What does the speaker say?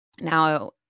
Now